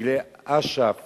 דגלי אש"ף